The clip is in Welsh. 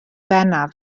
bennaf